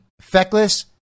feckless